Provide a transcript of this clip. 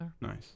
Nice